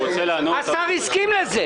של פשיטת רגל אכיפתית.